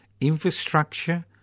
infrastructure